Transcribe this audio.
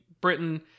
Britain